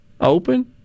open